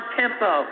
tempo